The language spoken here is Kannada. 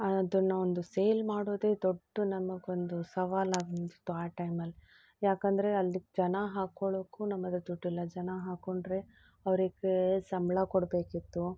ಅದನ್ನು ಒಂದು ಸೇಲ್ ಮಾಡೋದೇ ದೊಡ್ಡ ನಮಗೊಂದು ಸವಾಲಾಗಿಬಿಡ್ತು ಆ ಟೈಮಲ್ಲಿ ಯಾಕೆಂದರೆ ಅಲ್ಲಿಗೆ ಜನ ಹಾಕೊಳ್ಳೋಕು ನಮ್ಮ ಹತ್ರ ದುಡ್ಡಿಲ್ಲ ಜನ ಹಾಕೊಂಡ್ರೆ ಅವರಿಗೆ ಸಂಬಳ ಕೊಡಬೇಕಿತ್ತು